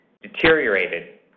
deteriorated